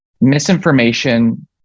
misinformation